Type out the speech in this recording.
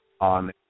on